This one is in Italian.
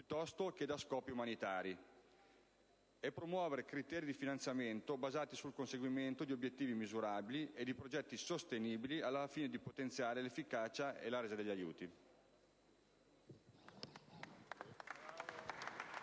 piuttosto che da scopi umanitari. È altresì indispensabile promuovere criteri di finanziamento basati sul conseguimento di obiettivi misurabili e di progetti sostenibili al fine di potenziare l'efficacia e la resa degli aiuti.